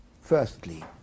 Firstly